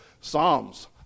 Psalms